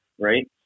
right